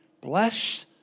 blessed